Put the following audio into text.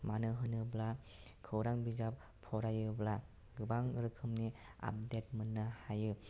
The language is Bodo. मानो होनोब्ला खौरां बिजाब फरायोब्ला गोबां रोखोमनि आपडेट मोननो हायो